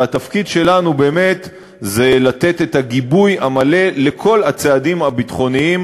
והתפקיד שלנו זה לתת את הגיבוי המלא לכל הצעדים הביטחוניים